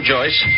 Joyce